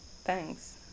Thanks